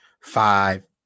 five